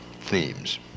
themes